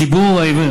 ציבור העיוורים,